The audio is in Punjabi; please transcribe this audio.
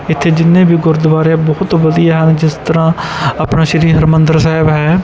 ਇੱਥੇ ਜਿੰਨੇ ਵੀ ਗੁਰਦੁਆਰੇ ਬਹੁਤ ਵਧੀਆ ਹਨ ਜਿਸ ਤਰ੍ਹਾਂ ਆਪਣਾ ਸ਼੍ਰੀ ਹਰਿਮੰਦਰ ਸਾਹਿਬ ਹੈ